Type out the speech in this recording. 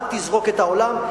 אל תזרוק את העולם.